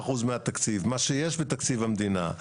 75% מהתקציב מה שיש בתקציב המדינה,